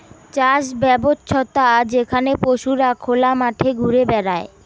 চাষ ব্যবছ্থা যেখানে পশুরা খোলা মাঠে ঘুরে বেড়ায়